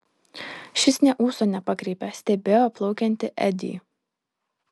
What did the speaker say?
šis nė ūso nepakreipė stebėjo plaukiantį edį